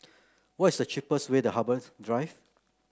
what is the cheapest way to Harbour's Drive